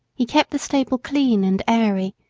he kept the stable clean and airy,